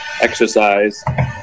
exercise